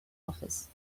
office